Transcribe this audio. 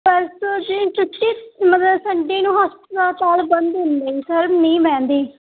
ਪਰਸੋਂ ਜੀ ਛੁੱਟੀ ਮਤਲਬ ਸੰਡੇ ਨੂੰ ਹਸਪਤਾਲ ਸਰ ਬੰਦ ਹੁੰਦੇ ਜੀ ਸਰ ਨਹੀਂ ਬਹਿੰਦੇ